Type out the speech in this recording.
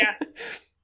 Yes